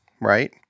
right